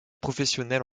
professionnelle